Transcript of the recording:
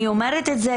אני אומרת את זה,